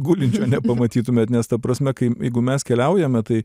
gulinčio nepamatytumėt nes ta prasme kai jeigu mes keliaujame tai